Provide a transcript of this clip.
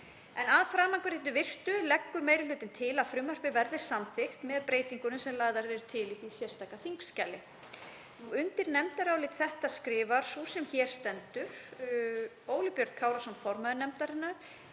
Að framangreindu virtu leggur meiri hlutinn til að frumvarpið verði samþykkt með breytingunum sem lagðar eru til í því sérstaka þingskjali. Undir nefndarálit þetta skrifar sú sem hér stendur, Óli Björn Kárason, formaður nefndarinnar,